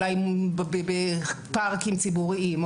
אולי בפארקים ציבוריים,